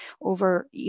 over